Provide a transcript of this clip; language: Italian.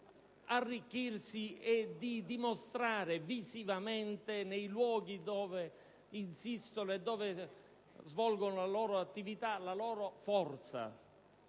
di arricchirsi e di dimostrare visivamente, nei luoghi dove insistono e dove svolgono la loro attività, la loro forza.